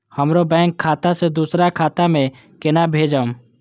हमरो बैंक खाता से दुसरा खाता में केना भेजम?